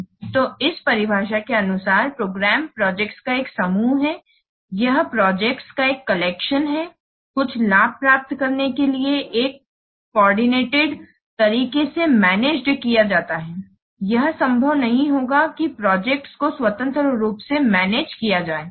तो इस परिभाषा के अनुसार प्रोग्राम प्रोजेक्ट्स का एक समूह हैयह प्रोजेक्ट्स का एक कलेक्शन है कुछ लाभ प्राप्त करने के लिए एक कोऑर्डिनेटेड तरीके से मैनेज्ड किया जाता है यह संभव नहीं होगा कि प्रोजेक्ट्स को स्वतंत्र रूप से मैनेज्ड किया जाए